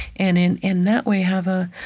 and in in that way, have a